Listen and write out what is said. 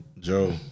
Joe